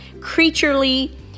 creaturely